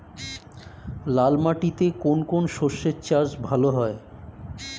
লাল মাটিতে কোন কোন শস্যের চাষ ভালো হয়?